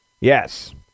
Yes